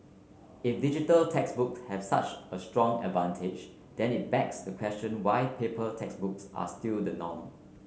if digital textbooks have such a strong advantage then it begs the question why paper textbooks are still the norm